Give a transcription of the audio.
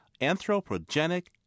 anthropogenic